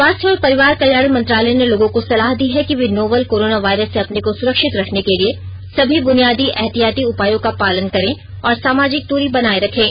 स्वास्थ्य और परिवार कल्याण मंत्रालय ने लोगों को सलाह दी है कि वे नोवल कोरोना वायरस से अपने को सुरक्षित रखने के लिए सभी बुनियादी एहतियाती उपायों का पालन करें और सामाजिक दूरी बनाए रखें